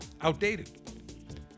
outdated